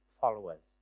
followers